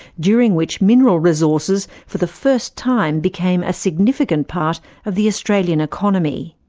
during which mineral resources, for the first time, became a significant part of the australian economy.